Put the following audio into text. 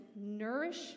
nourish